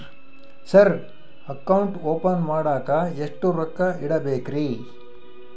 Sir account open ಮಾಡಾಕ ಎಷ್ಟು ರೊಕ್ಕ ಇಡಬೇಕ್ರಿ?